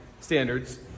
standards